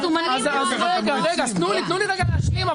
תנו לי להשלים.